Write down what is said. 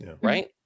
Right